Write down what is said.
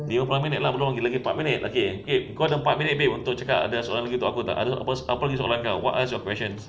lima puluh minit lah belum lagi empat minit lagi okay kau ada empat minit babe untuk cakap ada soalan lagi untuk aku tak apa apa lagi soalan kau what else your questions